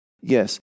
Yes